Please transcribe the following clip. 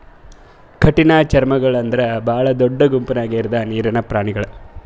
ಕಠಿಣಚರ್ಮಿಗೊಳ್ ಅಂದುರ್ ಭಾಳ ದೊಡ್ಡ ಗುಂಪ್ ನ್ಯಾಗ ಇರದ್ ನೀರಿನ್ ಪ್ರಾಣಿಗೊಳ್